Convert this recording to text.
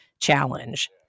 challenge